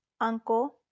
uncle